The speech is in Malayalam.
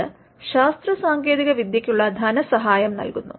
അത് ശാസ്ത്രസാങ്കേതിക വിദ്യക്കുള്ള ധനസഹായം നൽകുന്നു